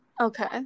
okay